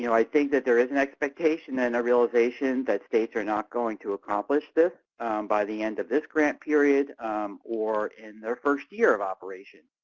you know i think that there is an expectation and a realization that states are not going to accomplish this by the end of this grant period or in their first year of operation,